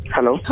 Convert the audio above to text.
Hello